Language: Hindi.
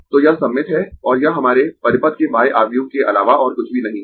तो यह सममित है और यह हमारे परिपथ के y आव्यूह के अलावा और कुछ भी नहीं है